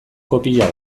kopia